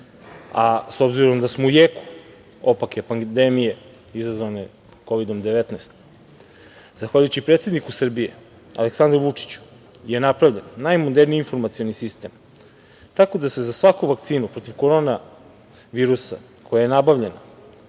a s obzirom da smo u jeku opake pandemije izazvane Kovidom – 19, zahvaljujući predsedniku Srbije, Aleksandru Vučiću, je napravljen najmoderniji informacioni sistem tako da se za svaku vakcinu protiv korona virusa, koja je nabavljena,